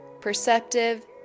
Perceptive